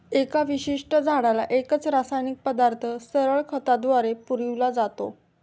एका विशिष्ट झाडाला एकच रासायनिक पदार्थ सरळ खताद्वारे पुरविला जातो